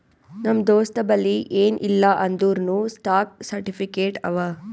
ನಮ್ ದೋಸ್ತಬಲ್ಲಿ ಎನ್ ಇಲ್ಲ ಅಂದೂರ್ನೂ ಸ್ಟಾಕ್ ಸರ್ಟಿಫಿಕೇಟ್ ಅವಾ